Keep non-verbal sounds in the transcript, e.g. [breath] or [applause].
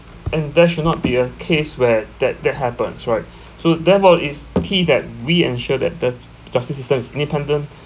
and there should not be a case where that that happens right [breath] so therefore is key that we ensure that the justice system is independent